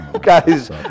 Guys